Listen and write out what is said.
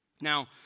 Now